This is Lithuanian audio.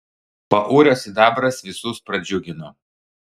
paurio sidabras visus pradžiugino